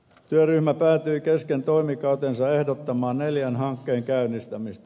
työryhmä päätyi kesken toimikautensa ehdottamaan neljän hankkeen käynnistämistä